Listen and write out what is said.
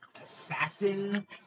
assassin